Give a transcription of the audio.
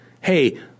hey